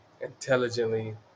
intelligently